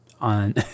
on